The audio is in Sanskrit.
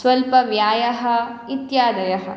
स्वल्प व्यायः इत्यादयः